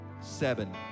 seven